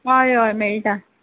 हय हय मेळटा